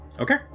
Okay